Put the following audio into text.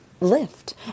lift